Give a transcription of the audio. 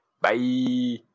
bye